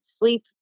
Sleep